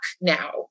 now